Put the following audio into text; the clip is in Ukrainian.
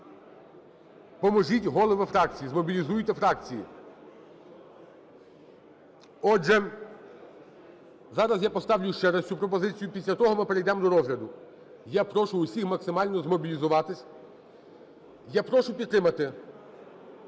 Поможіть, голови фракцій, змобілізуйте фракції. Отже, зараз я поставлю ще раз цю пропозицію, після того ми перейдемо до розгляду. Я прошу всіх максимально змобілізуватись. Я прошу підтримати,